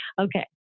okay